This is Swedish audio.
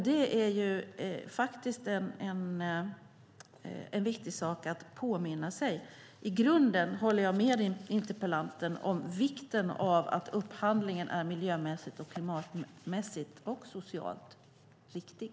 Det är en viktig sak att påminna sig. I grunden håller jag med interpellanten om vikten av att upphandlingen är miljömässigt, klimatmässigt och socialt riktig.